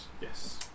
Yes